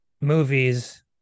movies